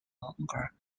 longer